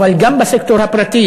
אבל גם בסקטור הפרטי,